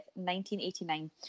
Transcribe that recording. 1989